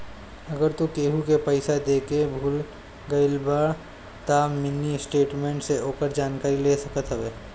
अगर तू केहू के पईसा देके भूला गईल बाड़ऽ तअ मिनी स्टेटमेंट से ओकर जानकारी ले सकत हवअ